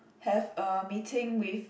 have a meeting with